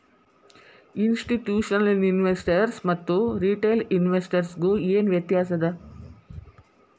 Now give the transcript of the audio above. ಇನ್ಸ್ಟಿಟ್ಯೂಷ್ನಲಿನ್ವೆಸ್ಟರ್ಸ್ಗು ಮತ್ತ ರಿಟೇಲ್ ಇನ್ವೆಸ್ಟರ್ಸ್ಗು ಏನ್ ವ್ಯತ್ಯಾಸದ?